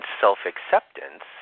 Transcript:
self-acceptance